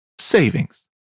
savings